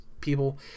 people